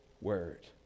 Word